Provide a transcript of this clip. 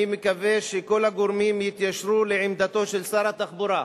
אני מקווה שכל הגורמים יתיישרו לעמדתו של שר התחבורה,